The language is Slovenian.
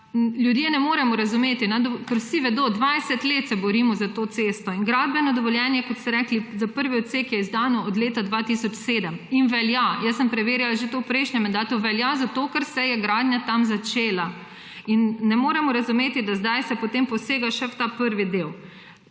ljudje ne moremo razumeti, ker vsi vedo, 20 let se borimo za to cesto in gradbeno dovoljenje, kot ste rekli, za prvi odsek je izdano od leta 2007 in velja. Jaz sem preverjala to že v prejšnjem mandatu, to velja zato, ker se je gradnja tam začela, in ne moremo razumeti, da zdaj se posega še v ta prvi del.